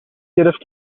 گرفت